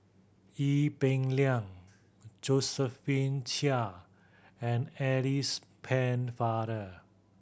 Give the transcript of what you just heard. Ee Peng Liang Josephine Chia and Alice Pennefather